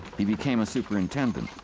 he became a superintendent.